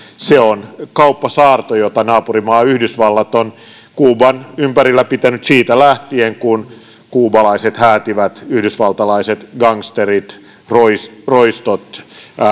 se on kauppasaarto jota naapurimaa yhdysvallat on kuuban ympärillä pitänyt siitä lähtien kun kuubalaiset häätivät yhdysvaltalaiset gangsterit roistot roistot